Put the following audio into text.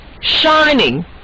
shining